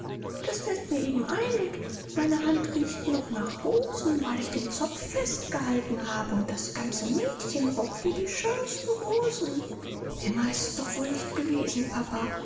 das fällt mir eben ein und meine hand riecht noch nach rosenöl weil ich den zopf festgehalten habe und das ganze mädchen roch wie die schönsten rosen emma ist's doch wohl nicht gewesen papa